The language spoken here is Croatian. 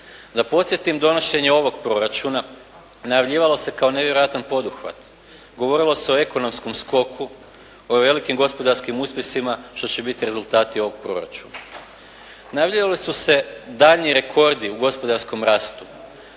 Da podsjetim donošenje ovoga proračuna najavljivalo se kao nevjerojatan poduhvat. Govorilo se o ekonomskom skoku, o velikim gospodarskim uspjesima što će biti rezultati ovoga proračuna. Najavljivali su se daljnji rekordi u gospodarskom rastu,